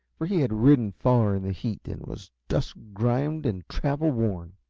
for he had ridden far in the heat, and was dust-grimed and travelworn.